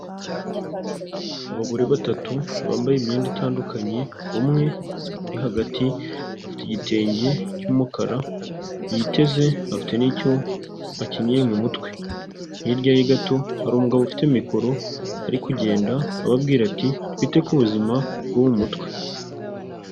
Abagore batatu bambaye imyenda itandukanye, umwe uri hagati afite igitenge cy'umukara yiteze, afite n'icyo akenyeye mu mutwe. Hirya ye gato hari umugabo ufite mikoro ari kugenda ababwira ati twite ku buzima bwo mu mutwe.